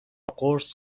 قرص